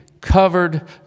covered